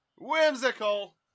Whimsical